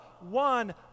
one